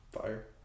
Fire